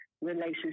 relationship